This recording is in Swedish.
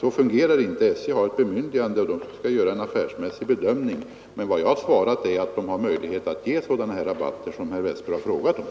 Så fungerar inte SJ, som måste göra en affärsmässig bedömning. Vad jag svarat är att SJ har möjlighet att ge sådana rabatter som herr Westberg frågat om.